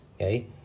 okay